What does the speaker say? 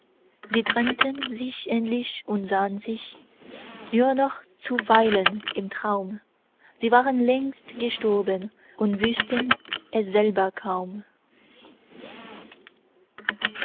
sie trennten sich endlich und sahn sich nur noch zuweilen im traum sie waren längst gestorben und wußten es selber kaum